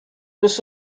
was